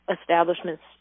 establishments